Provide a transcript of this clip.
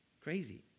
Crazy